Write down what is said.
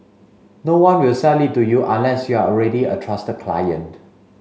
no one will sell it to you unless you're already a trusted client